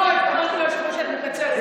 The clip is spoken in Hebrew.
אבל בואי, אמרתי לו שאני מקצרת.